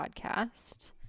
podcast